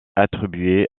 attribuée